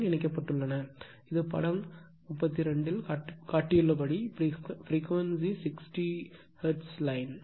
உடன் இணைக்கப்பட்டுள்ளன இது படம் 32 இல் காட்டப்பட்டுள்ளபடி பிரிக்வேன்சி 60 ஹெர்ட்ஸ் லைன்